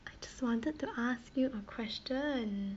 I just wanted to ask you a question